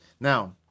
Now